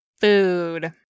food